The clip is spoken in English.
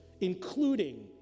including